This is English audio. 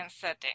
setting